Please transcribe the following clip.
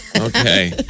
Okay